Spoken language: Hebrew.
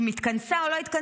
אם התכנסה או לא התכנסה,